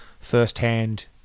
first-hand